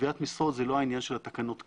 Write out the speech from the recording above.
קביעת משרות זה לא העניין של התקנות כאן.